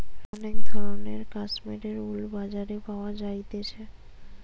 অনেক ধরণের কাশ্মীরের উল বাজারে পাওয়া যাইতেছে